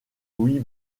louis